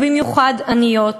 ובמיוחד עניות.